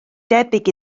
debyg